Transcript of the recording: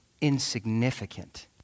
insignificant